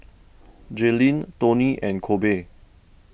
Jalyn Toney and Kobe